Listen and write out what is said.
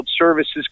services